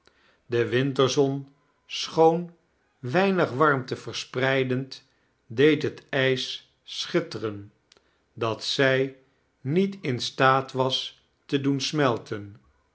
de winterzon schoon weinig warmte verspreidend deed het ijs schitteren dat zij niet in staat was te doen smelten